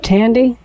Tandy